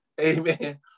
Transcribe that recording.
Amen